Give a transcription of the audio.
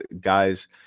guys